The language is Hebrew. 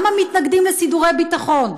למה מתנגדים לסידורי ביטחון?